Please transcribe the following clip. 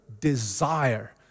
desire